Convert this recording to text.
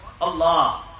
Allah